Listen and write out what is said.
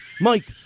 Mike